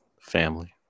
family